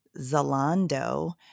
Zalando